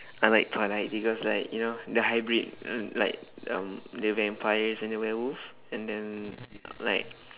I like twilight because like you know the hybrid like um the vampires and the werewolf and then like